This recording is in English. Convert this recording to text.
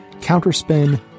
Counterspin